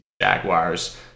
Jaguars